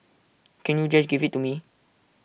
can't you just give IT to me